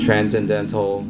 Transcendental